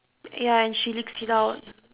ya and she leaks it out